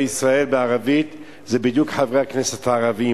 ישראל בערבית זה בדיוק חברי הכנסת הערבים,